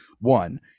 One